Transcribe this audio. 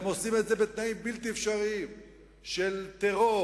הם עושים את זה בתנאים בלתי אפשריים של טרור,